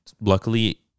luckily